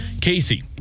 Casey